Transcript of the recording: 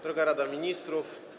Droga Rado Ministrów!